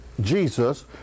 Jesus